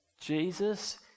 Jesus